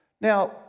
Now